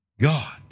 God